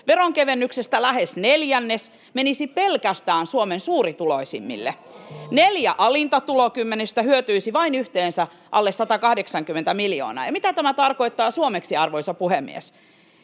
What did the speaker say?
Veronkevennyksestä lähes neljännes menisi pelkästään Suomen suurituloisimmille. [Vasemmalta: Oho!] Neljä alinta tulokymmenystä hyötyisivät yhteensä vain alle 180 miljoonaa. Ja mitä tämä tarkoittaa suomeksi, arvoisa puhemies: